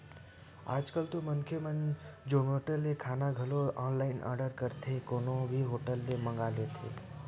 आज कल तो मनखे मन जोमेटो ले खाना घलो ऑनलाइन आरडर करके कोनो भी होटल ले मंगा लेथे